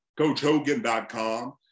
coachhogan.com